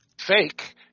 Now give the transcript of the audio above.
fake